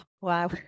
Wow